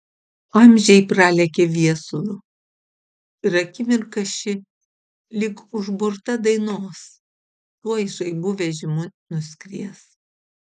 amžiai pralekia viesulu ir akimirka ši lyg užburta dainos tuoj žaibų vežimu nuskries